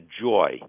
joy